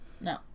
No